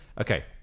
okay